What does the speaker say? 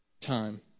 Time